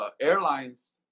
airlines